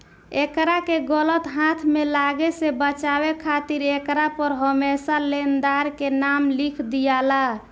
एकरा के गलत हाथ में लागे से बचावे खातिर एकरा पर हरमेशा लेनदार के नाम लिख दियाला